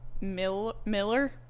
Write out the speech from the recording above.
miller